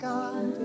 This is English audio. God